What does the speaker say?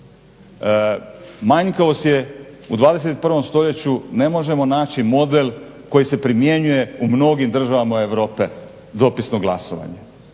Manjkavost je u 21. stoljeću ne možemo naći model koji se primjenjuje u mnogim državama Europe dopisno glasovanje.